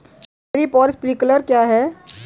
Drip और sprinkler क्या हैं?